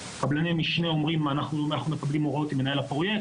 קבלני משנה אומרים: אנחנו מקבלים הוראות ממנהל הפרויקט,